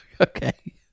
Okay